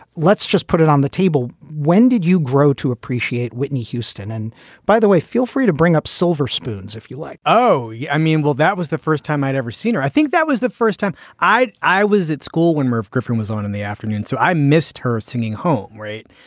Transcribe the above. let's just put it on the table. when did you grow to appreciate whitney houston? and by the way, feel free to bring up silver spoons, if you like oh, yeah i mean, well, that was the first time i'd ever seen her. i think that was the first time i i was at school when merv griffin was on in the afternoon. so i missed her singing home. right.